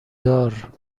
دار